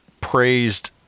praised